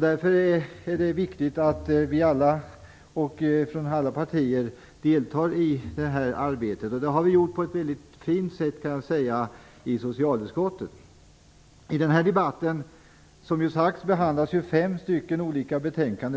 Därför är det viktigt att representanter för alla partier deltar i arbetet. Så har skett på ett väldigt fint sätt i socialutskottet. Som här har sagts behandlas fem olika betänkanden